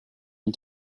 and